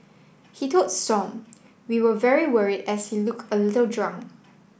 he told stomp we were very worried as he looked a little drunk